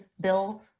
bill